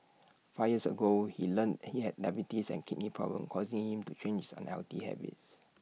five years ago he learnt he had diabetes and kidney problems causing him to change his unhealthy habits